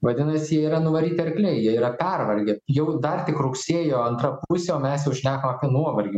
vadinasi jie yra nuvaryti arkliai jie yra pervargę jau dar tik rugsėjo antra pusė o mes jau šnekam apie nuovargį